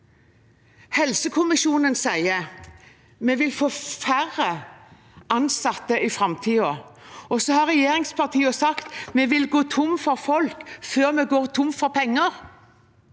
helsepersonellkommisjonen sier vi vil få færre ansatte i framtiden. Regjeringspartiene har sagt at vi vil gå tom for folk, før vi går tom for penger.